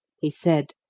he said,